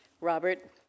Robert